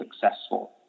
successful